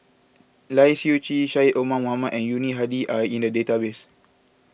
Lai Siu Chiu Syed Omar Mohamed and Yuni Hadi are in the database